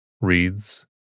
wreaths